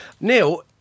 Neil